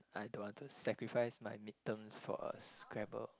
I don't want to sacrifice my mid terms for a Scrabble